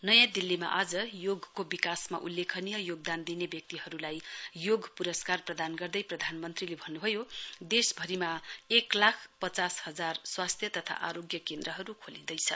नयाँ दिल्लीमा आज योगको विकासमा उल्लेखनीय योगदान दिने व्यक्तिहरुलाई योग पुरस्कार प्रदान गर्दै प्रधानमन्त्रीले भन्नुभयो देश भरिमा क लाख पचास हजार स्वास्थ्य तथा आरोग्य केन्द्रहरु खोलिँदैछ